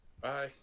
Bye